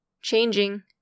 Changing